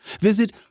visit